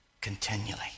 continually